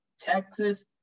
texas